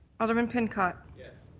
alderman pincott? yeah